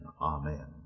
Amen